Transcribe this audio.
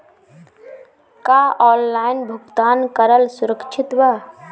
का ऑनलाइन भुगतान करल सुरक्षित बा?